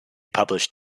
published